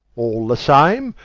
all the same,